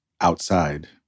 Outside